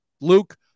Luke